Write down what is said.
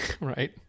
Right